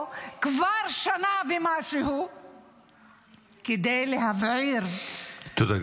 כבר שנה ומשהו כדי להבעיר -- תודה,